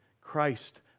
Christ